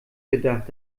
gedacht